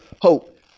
hope